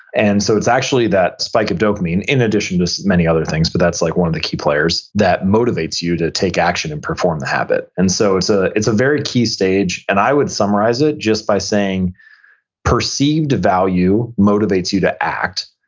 and so it's actually that spike of dopamine in addition to so many other things, things, but that's like one of the key players, that motivates you to take action and perform the habit and so it's ah it's a very key stage, and i would summarize it just by saying perceived value motivates you to act,